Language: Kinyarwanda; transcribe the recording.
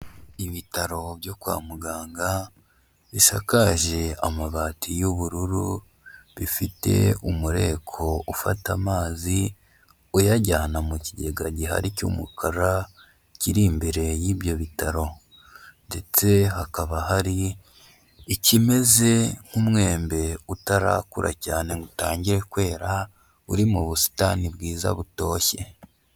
Ibitaro byo kwa muganga bisakaje amabati y'ubururu, bifite umureko ufata amazi uyajyana mu kigega gihari cy'umukara kiri imbere y'ibyo bitaro, ndetse hakaba hari ikimeze nk'umwembe utarakura cyane ngo utangire kwera uri mu busitani bwiza butoshye.